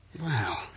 Wow